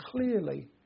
clearly